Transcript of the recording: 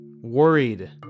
Worried